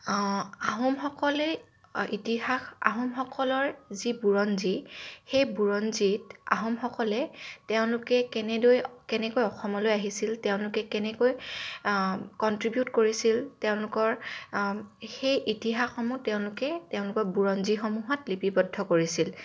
আহোমসকলে ইতিহাস আহোমসকলৰ যি বুৰঞ্জী সেই বুৰঞ্জীত আহোমসকলে তেওঁলোকে কেনেদৰে কেনেকৈ অসমলৈ আহিছিল তেওঁলোকে কেনেকৈ কনট্ৰিবিউট কৰিছিল তেওঁলোকৰ সেই ইতিহাসসমূহ তেওঁলোকে তেওঁলোকৰ বুৰঞ্জীসমূহত লিপিবদ্ধ কৰিছিল